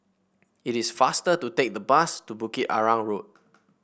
it is faster to take the bus to Bukit Arang Road